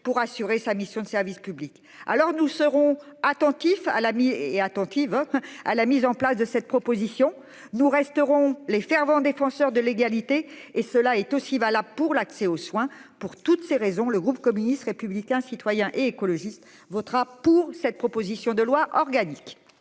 pour assurer sa mission de service public, alors nous serons attentifs à la mi-et attentive à la mise en place de cette proposition. Nous resterons les fervents défenseurs de l'égalité et cela est aussi va là pour l'accès aux soins pour toutes ces raisons, le groupe communiste, républicain, citoyen et écologiste votera pour cette proposition de loi organique.